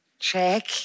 Check